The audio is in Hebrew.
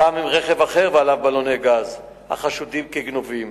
הפעם עם רכב אחר ועליו בלוני גז החשודים כגנובים.